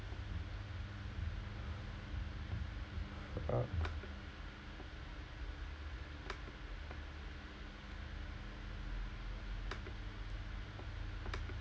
ah